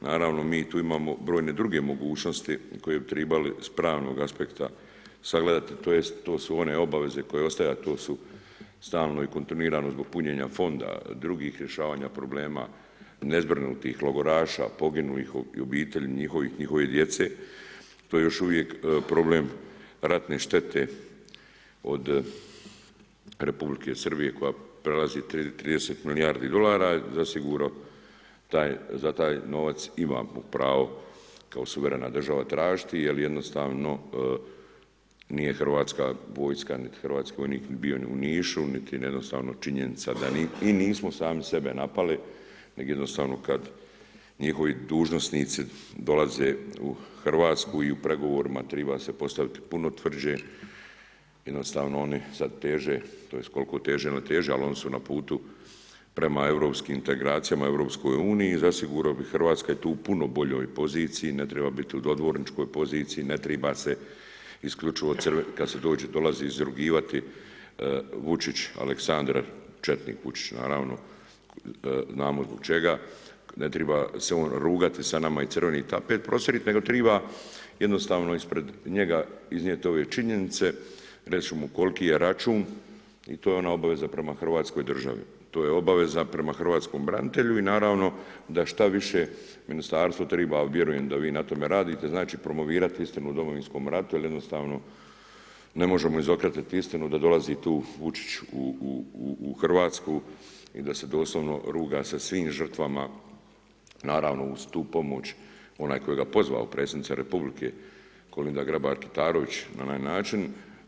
Naravno mi tu imamo brojne druge mogućnosti koje bi trebale s pravnog aspekta sagledati, tj. to su one obaveze koje ostaju, a to su stalno i kontinuirano zbog punjenja fonda i drugih rješavanje problema nezbrinutih logoraša, poginulih u obitelji i njihove djece, to još uvijek problem ratne štete od Republike Srbije koja prelazi 30 milijardi dolara, zasigurno za taj novac imamo pravo kao suverena država tražiti jer jednostavno nije Hrvatska vojska, niti hrvatski vojnik bio u Nišu i jednostavno činjenica da i nismo sami sebe napali, nego jednostavno kad njihovi dužnosnici dolaze u Hrvatsku i u pregovorima treba se postaviti puno tvrđe, jednostavno oni sad teže, tj. koliko teže da teže, ali oni su na putu prema europskim integracijama, EU i zasigurno bi Hrvatska tu u puno boljoj poziciji, ne treba biti u dodvoričkoj poziciji, ne treba se isključivo kad se dolazi izrugivati Vučić Aleksandar, četnik Vučić naravno, znamo i zbog čega, ne treba se on rugati sa nama i crveni tapet postavit, nego treba jednostavno ispred njega iznijeti ove činjenice, reći mu koliki je račun, to je ona obaveza prema Hrvatskoj državi, to je obaveza prema hrvatskom branitelju i naravno da šta više ministarstvo treba, a vjerujem da vi na tome radite, znači promovirat istinu o Domovinskom ratu jer jednostavno ne možemo izokretati istinu da dolazi tu Vučić u Hrvatsku i da se doslovno ruga sa svim žrtvama, naravno uz tu pomoć onaj koji ga je pozvao predsjednica Republike Kolinda Grabar Kitarovića na onaj način.